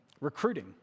recruiting